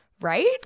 right